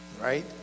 Right